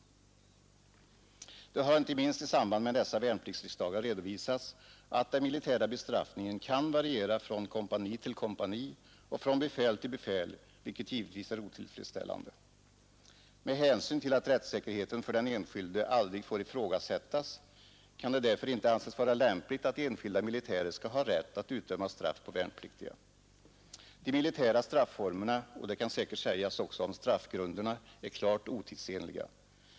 Det har inte minst i samband med dessa värnpliktsriksdagar redovisats att den militära bestraffningen kan variera från kompani till kompani och från befäl till befäl, vilket givetvis är otillfredsställande. Med hänsyn till att rättssäkerheten för den enskilde aldrig får ifrågasättas kan det därför inte anses vara lämpligt att enskilda militärer skall ha rätt att utdöma straff för värnpliktiga. De militära strafformerna — och det kan säkert sägas också om straffgrunderna — är klart otidsenliga.